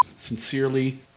Sincerely